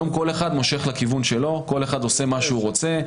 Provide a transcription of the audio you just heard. היום כל אחד מושך לכיוון שלו וכל אחד עושה מה שהוא רוצה.